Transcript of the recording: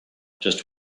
just